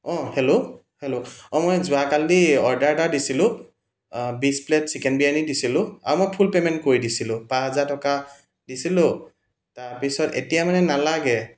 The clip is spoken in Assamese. অঁ হেল্লো হেল্লো অঁ মই যোৱাকালি অৰ্ডাৰ এটা দিছিলোঁ বিছ প্লেট চিকেন বিৰিয়ানী দিছিলোঁ আৰু মই ফুল পে'মেণ্ট কৰি দিছিলোঁ পাঁচ হাজাৰ টকা দিছিলোঁ তাৰপিছত এতিয়া মানে নালাগে